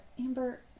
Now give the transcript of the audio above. Amber